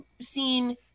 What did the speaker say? seen